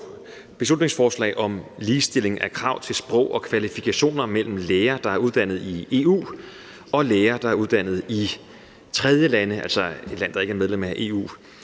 beslutningsforslag om ligestilling af krav til sprog og kvalifikationer mellem læger, der er uddannet i EU, og læger, der er uddannet i tredjelande, altså lande, der ikke er medlem af EU.